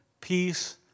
peace